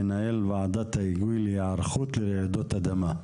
מנהל ועדת ההיגוי להיערכות לרעידות אדמה.